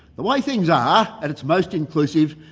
the way things are, at its most inclusive,